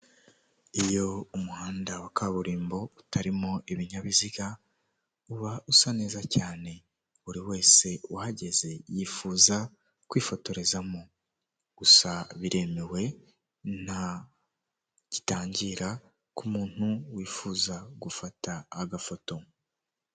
Iyo umuhanda wa kaburimbo utarimo ibinyabiziga, uba usa neza cyane. Buri wese ugeze yifuza kwifotorezamo. Gusa biremewe, nta gitangira ku muntu wifuza gufata agafoto.